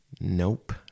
nope